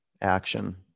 action